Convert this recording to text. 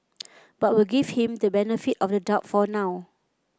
but we'll give him the benefit of the doubt for now